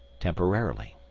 temporarily.